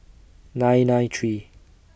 nine nine three